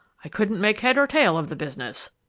i couldn't make head or tail of the business.